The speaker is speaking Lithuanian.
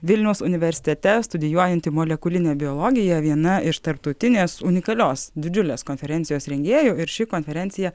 vilniaus universitete studijuojanti molekulinę biologiją viena iš tarptautinės unikalios didžiulės konferencijos rengėjų ir ši konferencija